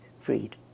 freed